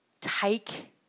Take